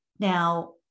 Now